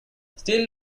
steel